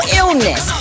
illness